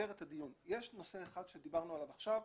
יש נושא אחד שדיברנו עליו עכשיו,